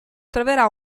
troverà